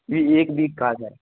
नहीं एक वीक का है सर